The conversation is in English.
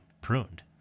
pruned